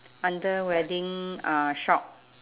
under wedding uh shop